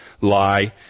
lie